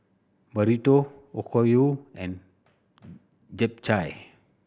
Burrito Okayu and Japchae